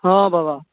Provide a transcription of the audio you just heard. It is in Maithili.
हाँ बबा